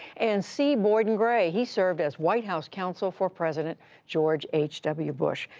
and c. boyden gray, he served as white house counsel for president george h w. bush.